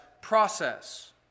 process